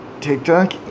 TikTok